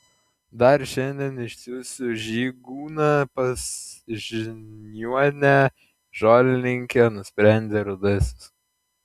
dar šiandien išsiųsiu žygūną pas žiniuonę žolininkę nusprendė rudasis